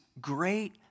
great